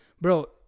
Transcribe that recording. Bro